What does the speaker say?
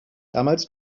damals